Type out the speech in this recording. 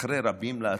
"אחרי רבים להטות".